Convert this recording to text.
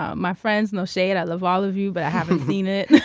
um my friends, no shade, i love all of you but i haven't seen it.